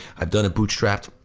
i've done it bootstrapped,